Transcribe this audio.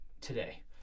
today